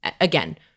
again—